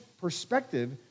perspective